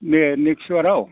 दे नेक्सबाराव